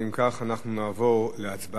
אם כך, אנחנו נעבור להצבעה.